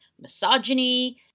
misogyny